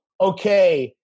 okay